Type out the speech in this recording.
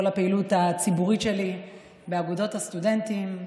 הפעילות הציבורית שלי באגודות הסטודנטים,